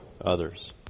others